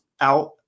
out